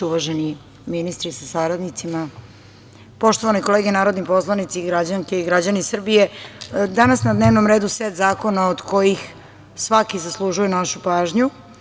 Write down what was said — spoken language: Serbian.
Uvaženi ministre sa saradnicima, poštovane kolege narodni poslanici, građanke i građani Srbije, danas je na dnevnom redu set zakona od kojih svaki zaslužuje našu pažnju.